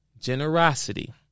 generosity